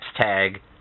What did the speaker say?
tag